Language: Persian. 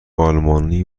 آلمانی